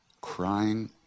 crying